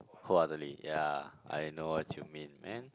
wholeheartedly ya I know what you mean man